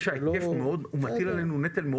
שההיקף מטיל עלינו נטל.